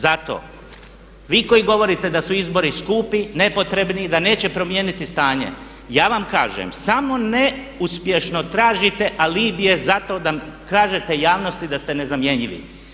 Zato vi koji govorite da su izbori skupi, nepotrebni i da neće promijeniti stanje, ja vam kažem, samo neuspješno tražite alibije za to da kažete javnosti da ste nezamjenjivi.